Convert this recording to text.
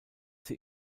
sie